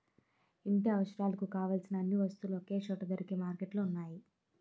ఇంటి అవసరాలకు కావలసిన అన్ని వస్తువులు ఒకే చోట దొరికే మార్కెట్లు ఉన్నాయి